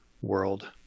world